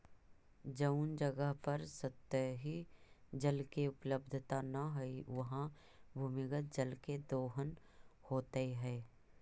जउन जगह पर सतही जल के उपलब्धता न हई, उहाँ भूमिगत जल के दोहन होइत हई